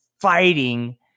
fighting